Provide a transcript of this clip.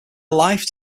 life